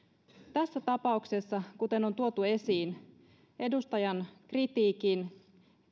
tässä tapauksessa kuten on tuotu esiin edustajan kritiikin